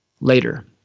Later